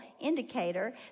indicator